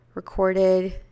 recorded